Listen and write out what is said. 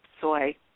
soy